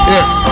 Yes